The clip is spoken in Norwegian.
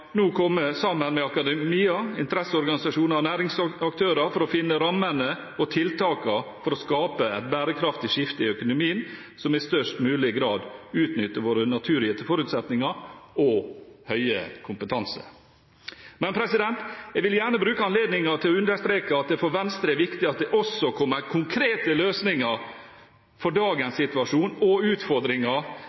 nå komme sammen med akademia, interesseorganisasjoner og næringsaktører for å finne rammene og tiltakene for å skape et bærekraftig skifte i økonomien, som i størst mulig grad utnytter våre naturgitte forutsetninger og høye kompetanse. Men jeg vil gjerne bruke anledningen til å understreke at det for Venstre er viktig at det også kommer konkrete løsninger for dagens situasjon og utfordringer